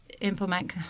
implement